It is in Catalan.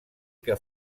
que